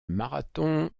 marathon